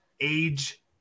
age